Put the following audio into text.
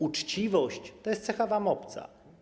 Uczciwość to jest cecha wam obca.